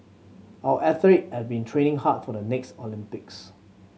our athlete have been training hard for the next Olympics